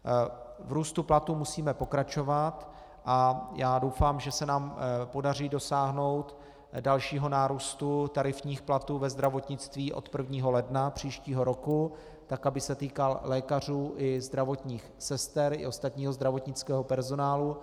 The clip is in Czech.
V růstu platů musíme pokračovat a já doufám, že se nám podaří dosáhnout dalšího nárůstu tarifních platů ve zdravotnictví od 1. ledna příštího roku tak, aby se týkal lékařů i zdravotních sester i ostatního zdravotnického personálu.